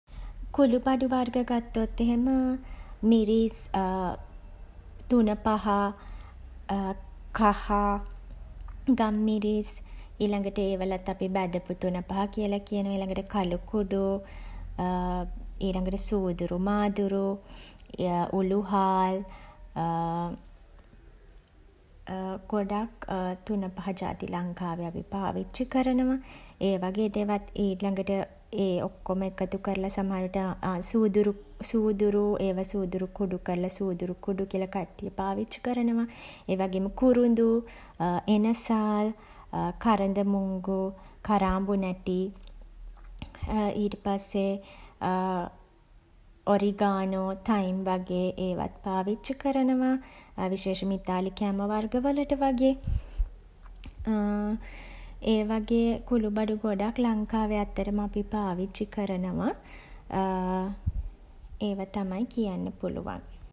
කුළු බඩු වර්ග ගත්තොත් එහෙම මිරිස් තුනපහ කහ ගම්මිරිස් ඊළගට ඒවලත් අපි බැඳපු තුනපහ කියල කියනව. ඊළගට කළු කුඩු ඊළගට සූදුරු මාදුරු උළුහාල් ගොඩක් තුනපහ ජාති ලංකාවේ අපි පාවිච්චි කරනවා. ඒ වගේ දේවත් ඊළගට ඒ ඔක්කොම එකතු කරල සමහර විට සූදුරු ඒවා සූදුරු කුඩු කරල සූදුරු කුඩු කියල කට්ටිය පාවිච්චි කරනවා. ඒ වගේම කුරුඳු එනසාල් කරඳමුංගු කරාඹුනැටි ඊට පස්සේ ඔරිගානෝ තයිම් වගේ ඒවත් පාවිච්චි කරනවා විශේෂෙන්ම ඉතාලි කෑම වර්ග වලට වගේ ඒ වගේ කුළු බඩු ගොඩක් ලංකාවේ ඇත්තටම අපි පාවිච්චි කරනවා ඒව තමයි කියන්න පුළුවන්.